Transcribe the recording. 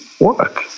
work